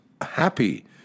happy